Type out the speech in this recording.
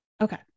Okay